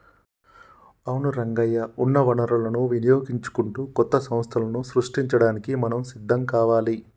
అవును రంగయ్య ఉన్న వనరులను వినియోగించుకుంటూ కొత్త సంస్థలను సృష్టించడానికి మనం సిద్ధం కావాలి